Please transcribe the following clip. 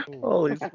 holy